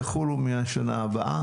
יחולו מהשנה הבאה.